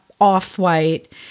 off-white